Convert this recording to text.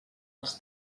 els